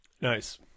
Nice